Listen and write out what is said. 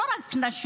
לא רק נשים,